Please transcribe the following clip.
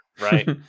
right